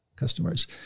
Customers